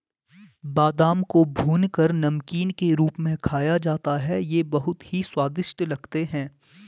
बादाम को भूनकर नमकीन के रूप में खाया जाता है ये बहुत ही स्वादिष्ट लगते हैं